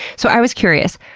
so i was curious,